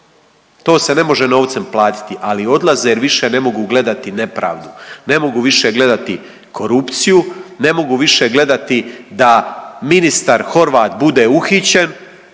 To se ne može novcem platiti, ali odlaze jer više ne mogu gledati nepravdu. Ne mogu više gledati korupciju, ne mogu više gledati da ministar Horvat bude uhićen